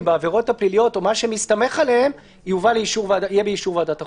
בעבירות הפליליות או מה שמסתמך עליהן יהיה באישור ועדת החוקה.